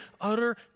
utter